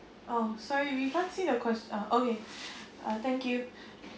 oh sorry we can't see the question uh ya oh yeah uh thank you